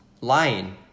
lying